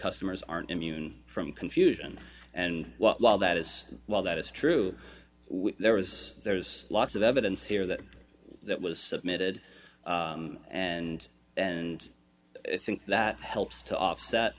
customers aren't immune from confusion and while that is while that is true there was there's lots of evidence here that that was submitted and and i think that helps to offset